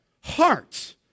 hearts